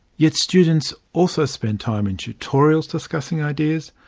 yet students also spend time in tutorials discussing ideas,